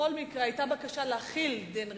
ובכל מקרה היתה בקשה להחיל דין רציפות.